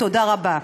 תודה רבה.